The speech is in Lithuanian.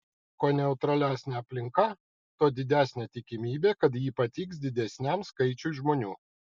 kuo neutralesnė aplinka tuo didesnė tikimybė kad ji patiks didesniam skaičiui žmonių